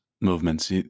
movements